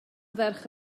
ferch